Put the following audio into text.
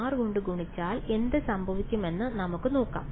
f കൊണ്ട് ഗുണിച്ചാൽ എന്ത് സംഭവിക്കുമെന്ന് നമുക്ക് നോക്കാം